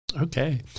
Okay